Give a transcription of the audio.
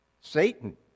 Satan